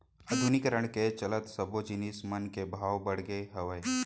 आधुनिकीकरन के चलत सब्बो जिनिस मन के भाव बड़गे हावय